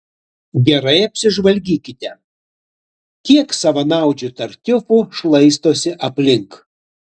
gerai apsižvalgykite kiek savanaudžių tartiufų šlaistosi aplink